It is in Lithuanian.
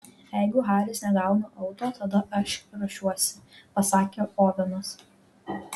jeigu haris negauna auto tada aš ruošiuosi pasakė ovenas